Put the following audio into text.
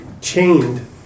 chained